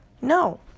No